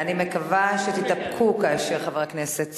אני מקווה שתתאפקו כאשר חבר הכנסת